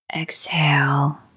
Exhale